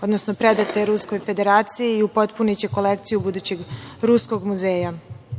odnosno predate Ruskoj Federaciji i upotpuniće kolekciju budućeg ruskog muzeja.